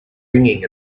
ringing